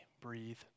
breathe